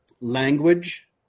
language